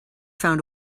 found